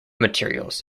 materials